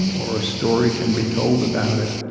or a story can be told about it.